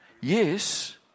Yes